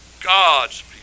God's